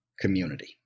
community